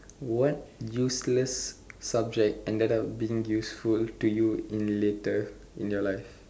what useless subject ended up being useful to you later in your life